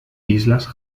islas